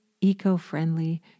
eco-friendly